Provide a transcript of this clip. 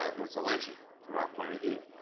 ah it was a lynching from our point of view.